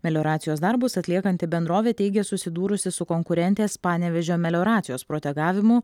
melioracijos darbus atliekanti bendrovė teigia susidūrusi su konkurentės panevėžio melioracijos protegavimu